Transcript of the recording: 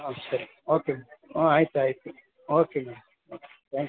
ಹಾಂ ಸರಿ ಓಕೆ ಹ್ಞೂ ಆಯಿತು ಆಯಿತು okay madam okay thank you